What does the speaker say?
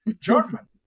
German